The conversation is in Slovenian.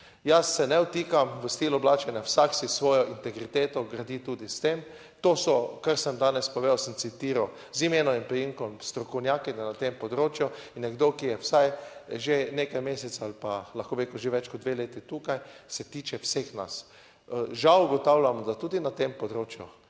Jaz se ne vtikam v stil oblačenja - vsak s svojo integriteto gradi tudi s tem, to so, kar sem danes povedal, sem citiral z imenom in priimkom. Strokovnjakinja na tem področju in nekdo, ki je vsaj že nekaj mesecev ali pa, lahko bi rekel že več kot dve leti tukaj, se tiče vseh nas. Žal ugotavljamo, da tudi na tem področju